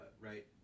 right